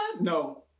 no